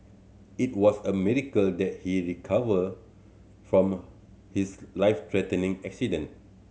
it was a miracle that he recovered from his life threatening accident